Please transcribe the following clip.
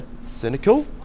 cynical